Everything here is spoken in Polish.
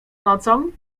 nocą